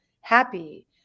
happy